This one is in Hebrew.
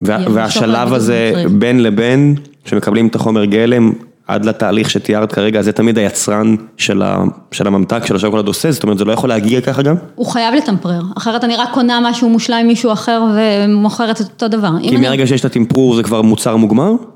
והשלב הזה בין לבין, שמקבלים את החומר גלם עד לתהליך שתיארת כרגע, זה תמיד היצרן של הממתק של השוקולד עושה, זאת אומרת זה לא יכול להגיע ככה גם? הוא חייב לטמפרר, אחרת אני רק קונה משהו מושלם מישהו אחר ומוכרת את אותו דבר. כי מהרגע שיש את הטמפרור זה כבר מוצר מוגמר?